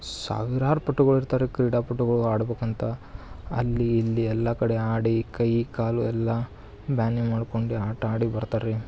ಸಾವಿರಾರು ಪಟುಗಳು ಇರ್ತಾರೆ ರೀ ಕ್ರೀಡಾ ಪಟುಗಳು ಆಡ್ಬೇಕಂತ ಅಲ್ಲಿ ಇಲ್ಲಿ ಎಲ್ಲ ಕಡೆ ಆಡಿ ಕೈ ಕಾಲು ಎಲ್ಲ ಬೇನೆ ಮಾಡ್ಕೊಂಡು ಆಟ ಆಡಿ ಬರ್ತಾರೆ ರೀ